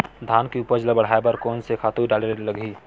धान के उपज ल बढ़ाये बर कोन से खातु डारेल लगथे?